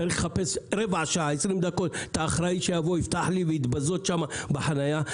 צריך לחפש רבע שעה או 20 דקות את האחראי שיפתח לי ולהתבזות שם בחניה.